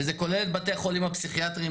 וזה כולל את בתי החולים הפסיכיאטריים,